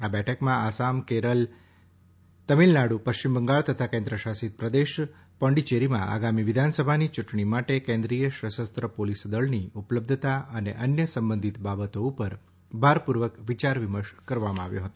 આ બેઠકમાં આસામ કેરલ તમિલનાડુ પશ્ચિમ બંગાળ તથા કેન્વશાસિત પ્રદેશ પોંડીચેરીમાં આગામી વિધાનસભાની ચૂંટણી માટે કેન્રિચિય સશરુત પોલીસ દળની ઉપલબ્ધતા અને અન્ય સંબંધિત બાબતો ઉપર ભારપૂર્વક વિચાર વિમર્શ કરવામાં આવ્યો હતો